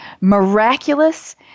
miraculous